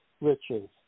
riches